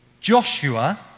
Joshua